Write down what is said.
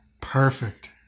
Perfect